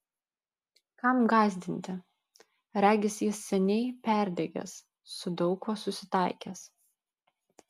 kam gąsdinti regis jis seniai perdegęs su daug kuo susitaikęs